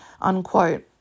unquote